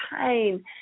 pain